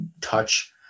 touch